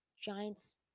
Giants